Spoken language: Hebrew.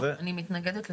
אני מתנגדת לזה.